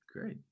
great